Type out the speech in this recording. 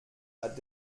hat